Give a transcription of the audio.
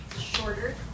Shorter